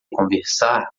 conversar